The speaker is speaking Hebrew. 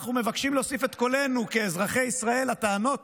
אנחנו מבקשים להוסיף את קולנו כאזרחי ישראל לטענות